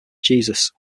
jesus